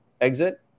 exit